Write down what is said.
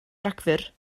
rhagfyr